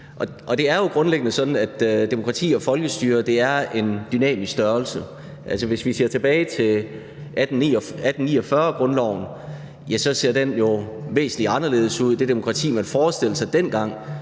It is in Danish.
Det er jo grundlæggende sådan, at demokrati og folkestyre er en dynamisk størrelse. Hvis vi ser tilbage til 1849-grundloven, ser den jo væsentlig anderledes ud. Det demokrati, man forestillede sig dengang,